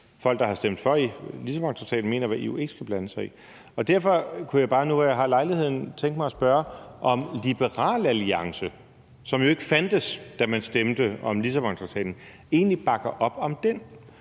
folk, der har stemt for Lissabontraktaten, mener noget om, hvad EU ikke skal blande sig i. Derfor kunne jeg bare nu, hvor jeg har lejligheden, tænke mig at spørge, om Liberal Alliance, som jo ikke fandtes, da man stemte om Lissabontraktaten, egentlig bakker op om den.